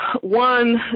One